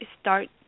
start